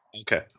Okay